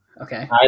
Okay